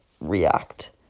react